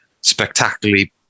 spectacularly